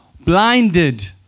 blinded